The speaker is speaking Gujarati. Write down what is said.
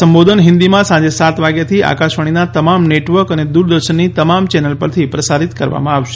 આ સંબોધન હિન્દીમાં સાંજે સાત વાગ્યાથી આકાશવાણીના તમામ નેટવર્ક અને દૂરદર્શનની તમામ ચેનલો પરથી પ્રસારિત કરવામાં આવશે